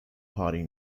party